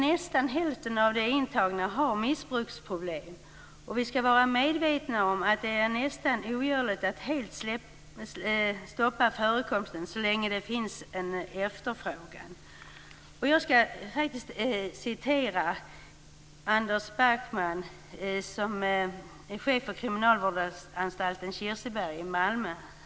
Nästan hälften av de intagna har missbruksproblem, och vi skall vara medvetna om att det är nästan ogörligt att helt stoppa förekomsten så länge det finns en efterfrågan. Jag skall citera Anders Backman, som är chef för kriminalvårdsanstalten Kirseberg i Malmö.